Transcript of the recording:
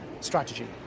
strategy